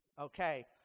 okay